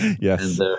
Yes